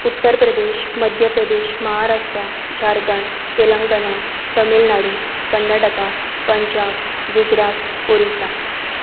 Uttar Pradesh Madhya Pradesh Maharashtra Jharkhand Telangana Tamil Nadu Karnataka Punjab Gujarat Orissa